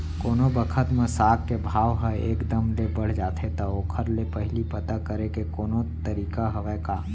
कोनो बखत म साग के भाव ह एक दम ले बढ़ जाथे त ओखर ले पहिली पता करे के कोनो तरीका हवय का?